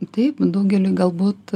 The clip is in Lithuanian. taip daugeliui galbūt